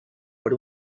per